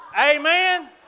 Amen